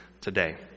today